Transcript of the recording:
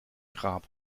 grab